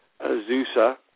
Azusa